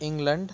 England